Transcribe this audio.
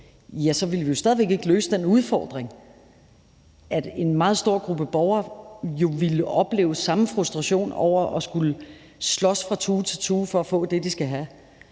Så ville vi jo stadig væk ikke løse den udfordring, at en meget stor gruppe borgere ville opleve samme frustration over at skulle slås fra tue til tue for at få det, de skal have.